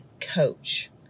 coach